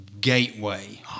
gateway